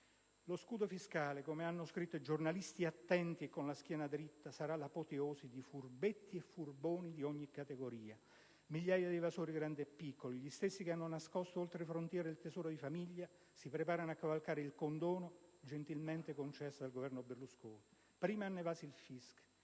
Lo scudo fiscale, come hanno scritto giornalisti attenti e con la schiena dritta, sarà l'apoteosi di furbetti e furboni di ogni categoria: migliaia di evasori grandi e piccoli, gli stessi che hanno nascosto oltre frontiera il tesoro di famiglia, si preparano a cavalcare il condono gentilmente concesso dal Governo Berlusconi. Prima hanno evaso il fisco